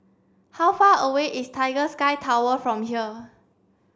how far away is Tiger Sky Tower from here